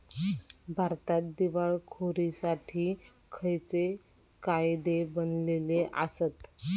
भारतात दिवाळखोरीसाठी खयचे कायदे बनलले आसत?